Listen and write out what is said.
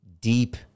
deep